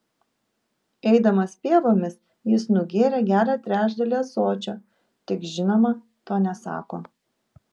eidamas pievomis jis nugėrė gerą trečdalį ąsočio tik žinoma to nesako